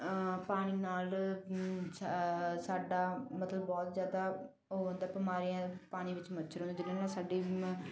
ਪਾਣੀ ਨਾਲ ਸਾਡਾ ਮਤਲਬ ਬਹੁਤ ਜ਼ਿਆਦਾ ਹੁਣ ਤੱਕ ਬਿਮਾਰੀਆਂ ਪਾਣੀ ਵਿੱਚ ਮੱਛਰ ਹੋ ਜਾਂਦਾ ਜਿਹਦੇ ਨਾ ਸਾਡੀ